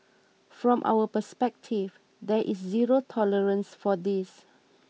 from our perspective there is zero tolerance for this